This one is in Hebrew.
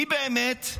מי באמת,